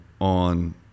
on